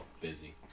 busy